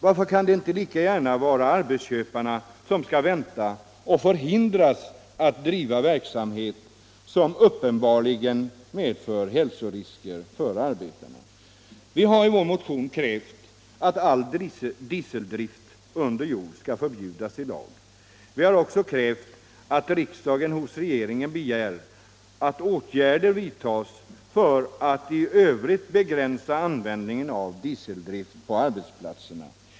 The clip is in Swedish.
Varför kan det inte lika gärna vara arbetsköparna som skall vänta och förhindras att bedriva verksamhet som uppenbarligen medför hälsorisker för arbetarna? Vi har i vår motion krävt att all dieseldrift under jord skall förbjudas i lag. Vi har också krävt att riksdagen hos regeringen begär att åtgärder vidtas för att i övrigt begränsa användningen av dieseldrift på arbetsplatserna.